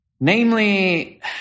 Namely